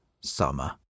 Summer